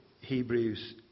Hebrews